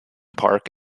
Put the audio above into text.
park